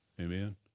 Amen